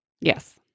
Yes